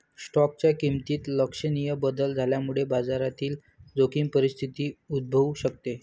स्टॉकच्या किमतीत लक्षणीय बदल झाल्यामुळे बाजारातील जोखीम परिस्थिती उद्भवू शकते